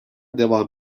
devam